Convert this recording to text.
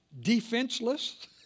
defenseless